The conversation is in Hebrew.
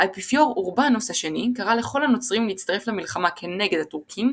האפיפיור אורבנוס השני קרא לכל הנוצרים להצטרף למלחמה כנגד הטורקים,